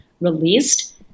released